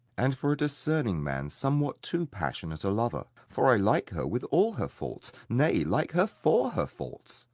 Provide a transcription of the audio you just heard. and for a discerning man somewhat too passionate a lover, for i like her with all her faults nay, like her for her faults.